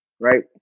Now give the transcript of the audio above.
Right